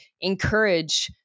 encourage